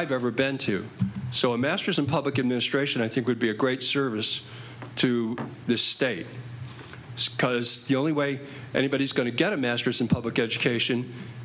i've ever been to so a master's in public administration i think would be a great service to this state cuz the only way anybody's going to get a masters in public education